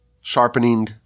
sharpening